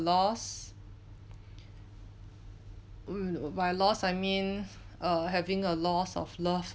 loss by loss I mean err having a loss of loved